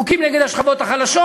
חוקים נגד השכבות החלשות.